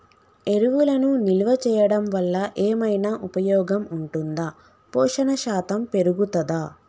ఎరువులను నిల్వ చేయడం వల్ల ఏమైనా ఉపయోగం ఉంటుందా పోషణ శాతం పెరుగుతదా?